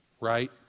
right